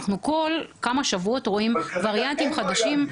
אנחנו כל כמה שבועות רואים וריאנטים חדשים.